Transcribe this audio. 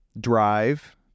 drive